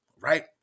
right